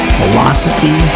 Philosophy